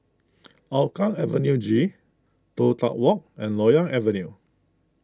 Hougang Avenue G Toh Tuck Walk and Loyang Avenue